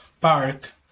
park